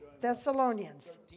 Thessalonians